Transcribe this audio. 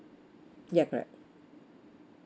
ya correct